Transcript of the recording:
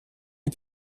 est